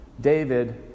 David